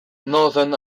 northern